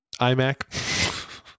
iMac